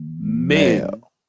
male